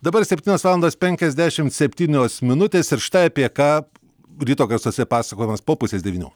dabar septynios valandos penkiasdešimt septynios minutės ir štai apie ką ryto garsuose pasakojimas po pusės devynių